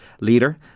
leader